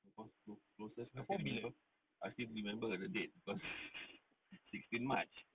singapore closes I still remember the date cause sixteen march